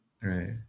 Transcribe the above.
right